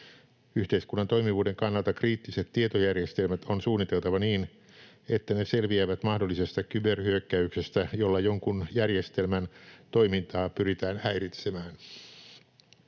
Yhteiskunnan toimivuuden kannalta kriittiset tietojärjestelmät on suunniteltava niin, että ne selviävät mahdollisesta kyberhyökkäyksestä, jolla jonkun järjestelmän toimintaa pyritään häiritsemään.